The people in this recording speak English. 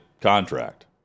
contract